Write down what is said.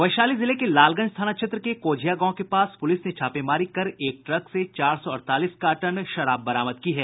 वैशाली जिले के लालगंज थाना क्षेत्र के कोझिया गांव के पास पूलिस ने छापेमारी कर एक ट्रक से चार सौ अड़तालीस कार्टन शराब बरामद की है